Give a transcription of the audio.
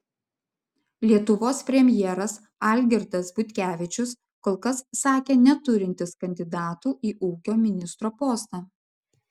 lietuvos premjeras algirdas butkevičius kol kas sakė neturintis kandidatų į ūkio ministro postą